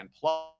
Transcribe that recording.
plus